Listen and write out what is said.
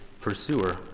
pursuer